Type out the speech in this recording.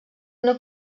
una